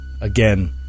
Again